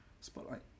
spotlight